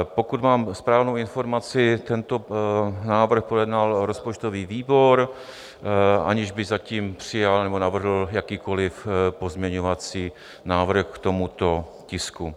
Pokud mám správnou informaci, tento návrh projednal rozpočtový výbor, aniž by zatím přijal nebo navrhl jakýkoliv pozměňovací návrh k tomuto tisku.